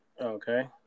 Okay